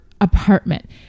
apartment